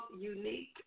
unique